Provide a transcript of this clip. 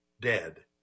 dead